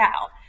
out